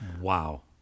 Wow